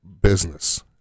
business